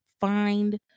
find